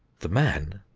the man,